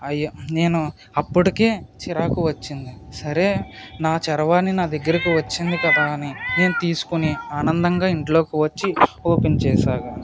అయ్యి నేను అప్పుడుకే చిరాకు వచ్చింది సరే నా చరవాణి నా దగ్గరకి వచ్చింది కదా అని నేను తీసుకుని ఆనందంగా ఇంటిలోకి వచ్చి ఓపెన్ చేయసాగాను